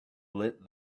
lit